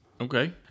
Okay